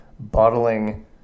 bottling